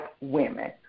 women